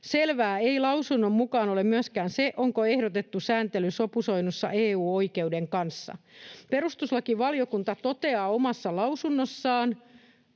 Selvää ei lausunnon mukaan ole myöskään se, onko ehdotettu sääntely sopusoinnussa EU-oikeuden kanssa. Perustuslakivaliokunta toteaa omassa lausunnossaan,